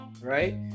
right